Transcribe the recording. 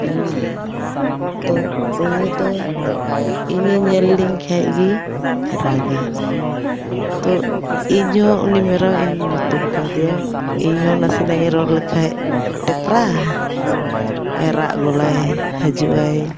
ᱢᱮᱱᱟᱭᱟ ᱛᱳ ᱩᱱᱤᱫᱚ ᱤᱧᱮ ᱧᱮᱞ ᱞᱤᱧ ᱠᱷᱟᱱᱜᱮ ᱨᱟᱜᱟᱭ ᱛᱳ ᱤᱧᱦᱚᱸ ᱩᱱᱤ ᱢᱮᱨᱚᱢᱤᱧ ᱧᱩᱛᱩᱢ ᱟᱠᱟᱫᱮᱭᱟ ᱤᱧᱦᱚᱸ ᱱᱟᱥᱮᱱᱟᱜ ᱤᱧ ᱨᱚᱲᱞᱮᱠᱷᱟᱱ ᱴᱮᱯᱨᱟ ᱨᱟᱜ ᱜᱚᱫᱟᱭ ᱦᱤᱡᱩᱜ ᱟᱭ